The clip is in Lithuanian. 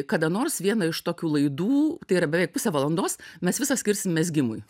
kada nors vieną iš tokių laidų tai yra beveik pusė valandos mes visą skirsim mezgimui